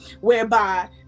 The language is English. whereby